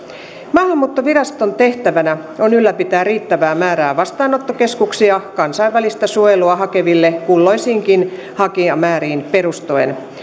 maahanmuuttoviraston tehtävänä on ylläpitää riittävää määrää vastaanottokeskuksia kansainvälistä suojelua hakeville kulloisiinkin hakijamääriin perustuen